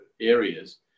areas